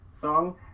song